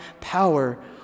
power